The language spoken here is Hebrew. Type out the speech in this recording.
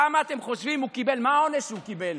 מה העונש שקיבל?